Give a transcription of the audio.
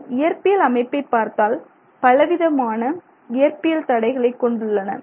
இதன் இயற்பியல் அமைப்பை பார்த்தால் பலவிதமான இயற்பியல் தடைகளை கொண்டுள்ளன